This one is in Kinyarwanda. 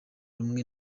rumwe